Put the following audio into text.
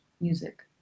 music